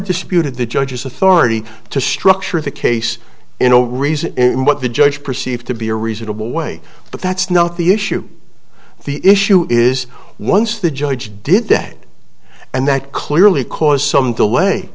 disputed the judge's authority to structure the case in a reason and what the judge perceived to be a reasonable way but that's not the issue the issue is once the judge did that and that clearly cause some delay